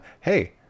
hey